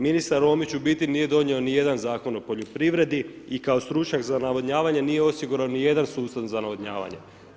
Ministar Romić u biti nije donio ni jedan Zakon o poljoprivredi i kao stručnjak za navodnjavanje nije osigurao niti jedan sustav za navodnjavanje.